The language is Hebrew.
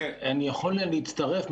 אני יכול להצטרף?